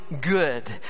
good